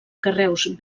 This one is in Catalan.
carreus